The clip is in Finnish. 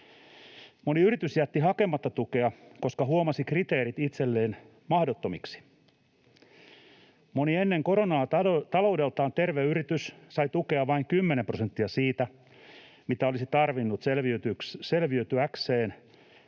Moni yritys jätti hakematta tukea, koska huomasi kriteerit itselleen mahdottomiksi. Moni ennen koronaa taloudeltaan terve yritys sai tukea vain 10 prosenttia siitä, mitä olisi tarvinnut selviytyäkseen,